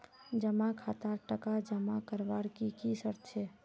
जमा खातात टका जमा करवार की की शर्त छे?